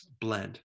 blend